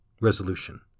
Resolution